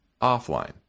offline